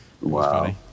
wow